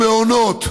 למעונות.